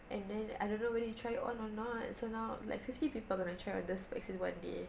and then I don't know whether you try on or not so now like fifty people come and try on this specs in one day